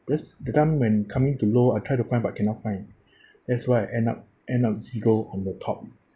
because that time when coming to low I try to find but cannot find that's why end up end up zero on the top